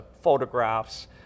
photographs